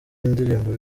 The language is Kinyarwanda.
indirimbo